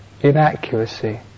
inaccuracy